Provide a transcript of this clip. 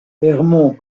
ermont